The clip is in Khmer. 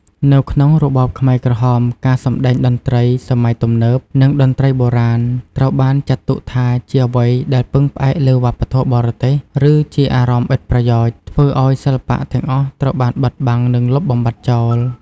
នៅក្នុងរបបខ្មែរក្រហម ការសម្តែងតន្ត្រីសម័យទំនើប និងតន្ត្រីបុរាណ ត្រូវបានចាត់ទុកថាជាអ្វីដែលពឹងផ្អែកលើវប្បធម៌បរទេស ឬជាអារម្មណ៍ឥតប្រយោជន៍ ធ្វើឲ្យសិល្បៈទាំងអស់ត្រូវបានបិទបាំង និងលុបបំបាត់ចោល។